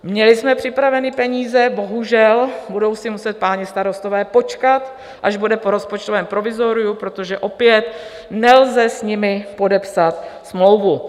Měli jsme připravené peníze bohužel, budou si muset páni starostové počkat, až bude po rozpočtovém provizoriu, protože opět nelze s nimi podepsat smlouvu.